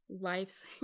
life's